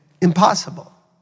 impossible